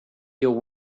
your